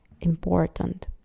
important